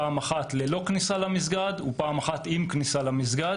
פעם אחת ללא כניסה למסגד ופעם אחת עם כניסה למסגד.